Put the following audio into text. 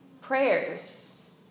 Prayers